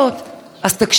אז תקשיבו לעם: